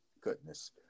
goodness